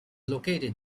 located